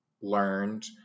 learned